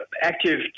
active